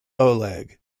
oleg